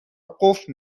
قفل